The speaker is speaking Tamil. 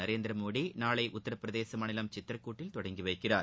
நரேந்திர மோடி நாளை உத்தரப்பிரதேச மாநிலம் சித்திரகூட்டில் தொடங்கி வைக்கிறார்